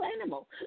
animal